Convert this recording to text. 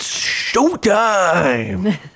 showtime